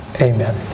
Amen